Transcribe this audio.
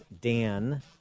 Dan